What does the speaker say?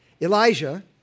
Elijah